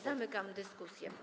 Zamykam dyskusję.